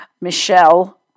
Michelle